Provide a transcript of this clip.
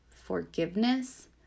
forgiveness